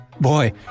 Boy